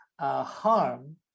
harm